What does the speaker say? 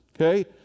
Okay